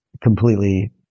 completely